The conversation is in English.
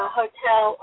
hotel